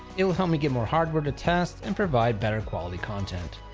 it'll help me get more hardware to test and provide better quality content.